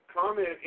comment